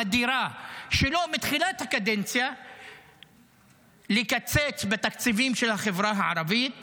המדירה שלו מתחילת הקדנציה לקצץ בתקציבים של החברה הערבית